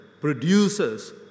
produces